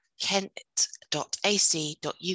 Kent.ac.uk